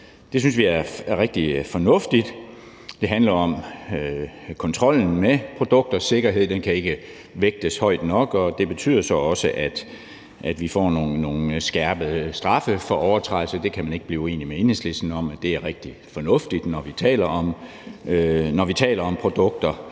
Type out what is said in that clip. Det synes vi er rigtig fornuftigt. Det handler om kontrollen med produkters sikkerhed, og den kan ikke vægtes højt nok. Det betyder så også, at vi får nogle skærpede straffe for overtrædelse; man kan ikke blive uenig med Enhedslisten om, at det er rigtig fornuftigt, når vi taler om produkter,